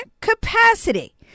capacity